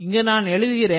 இங்கு நான் எழுதுகிறேன்